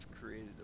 created